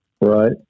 Right